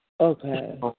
Okay